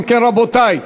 אם כן, רבותי,